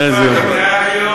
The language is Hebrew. איזה יופי.